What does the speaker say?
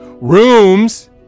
rooms